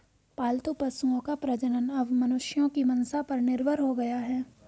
पालतू पशुओं का प्रजनन अब मनुष्यों की मंसा पर निर्भर हो गया है